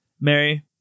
mary